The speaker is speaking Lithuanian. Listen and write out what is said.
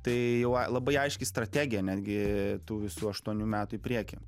tai jau labai aiški strategija netgi tų visų aštuonių metų į priekį